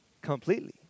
Completely